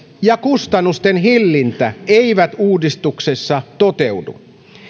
ja kustannusten hillintä eivät uudistuksessa toteudu